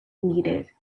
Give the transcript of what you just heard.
needed